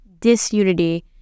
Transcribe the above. disunity